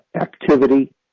activity